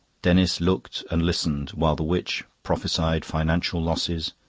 denis looked and listened while the witch prophesied financial losses,